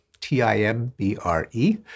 T-I-M-B-R-E